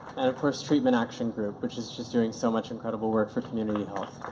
and of course treatment action group, which is just doing so much incredible work for community health.